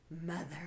Mother